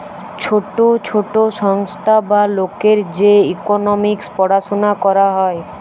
ছোট ছোট সংস্থা বা লোকের যে ইকোনোমিক্স পড়াশুনা করা হয়